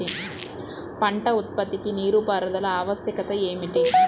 పంట ఉత్పత్తికి నీటిపారుదల ఆవశ్యకత ఏమి?